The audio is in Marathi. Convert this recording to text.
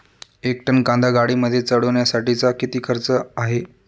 एक टन कांदा गाडीमध्ये चढवण्यासाठीचा किती खर्च आहे?